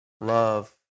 love